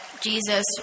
Jesus